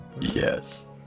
yes